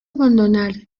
abandonar